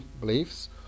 beliefs